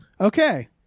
Okay